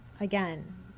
again